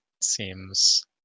seems